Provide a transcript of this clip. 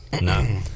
No